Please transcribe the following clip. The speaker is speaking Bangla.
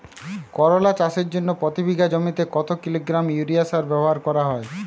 করলা চাষের জন্য প্রতি বিঘা জমিতে কত কিলোগ্রাম ইউরিয়া সার ব্যবহার করা হয়?